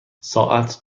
ساعت